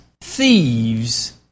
thieves